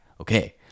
okay